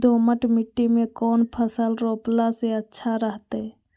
दोमट मिट्टी में कौन फसल रोपला से अच्छा रहतय?